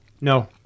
No